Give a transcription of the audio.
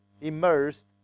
immersed